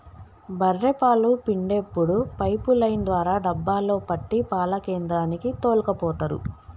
బఱ్ఱె పాలు పిండేప్పుడు పైపు లైన్ ద్వారా డబ్బాలో పట్టి పాల కేంద్రానికి తోల్కపోతరు